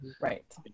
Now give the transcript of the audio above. right